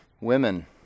Women